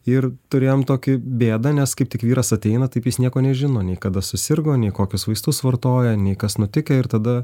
ir turėjom tokį bėda nes kaip tik vyras ateina taip jis nieko nežino nei kada susirgo nei kokius vaistus vartoja nei kas nutikę ir tada